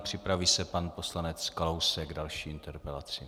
Připraví se pan poslanec Kalousek s další interpelací.